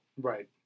Right